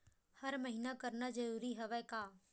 हर महीना करना जरूरी हवय का?